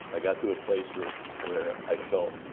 i got to a place where ah where i felt